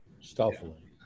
stealthily